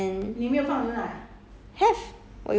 it's just nice lor it's a cereal but it's very crispy